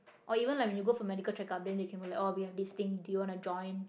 or even like when you go for medical check up then they can be like oh we have this thing do you want to join